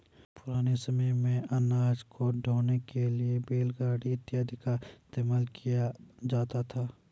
पुराने समय मेंअनाज को ढोने के लिए बैलगाड़ी इत्यादि का इस्तेमाल किया जाता था